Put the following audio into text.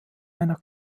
einer